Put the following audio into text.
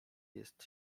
jest